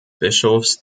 bischofs